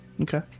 Okay